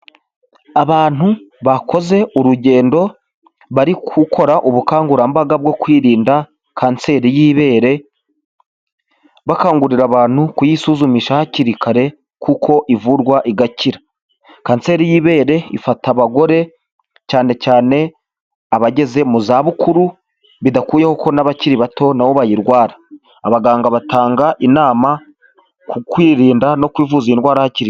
Abantu bakoze urugendo bari gukora ubukangurambaga bwo kwirinda kanseri y'ibere bakangurira abantu kuyisuzumisha hakiri kare kuko ivurwa igakira, kanseri y'ibere ifata abagore cyane cyane abageze mu zabukuru bidakuyeho ko n'abakiri bato nabo bayirwara, abaganga batanga inama ku kwirinda no kwivuza indwara hakiri.